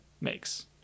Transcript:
makes